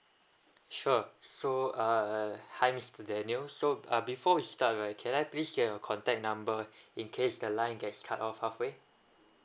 sure so err hi mister daniel so uh before we start right can I please get your contact number in case the line gets cut off halfway